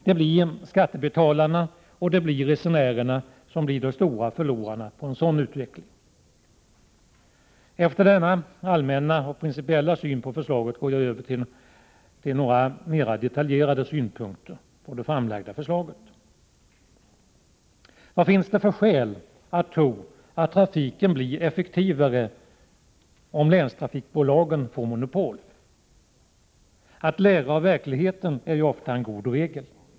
Det blir skattebetalarna och resenärerna som blir de stora förlorarna vid en sådan utveckling. Efter denna allmänna och principiella syn på förslaget tänker jag anlägga några mera detaljerade synpunkter. Vad finns det för skäl att tro att trafiken blir effektivare om länstrafikbolagen får monopol? Att lära av verkligheten är ju ofta en god regel.